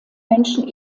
menschen